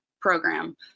program